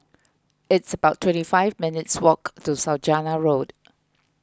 it's about twenty five minutes' walk to Saujana Road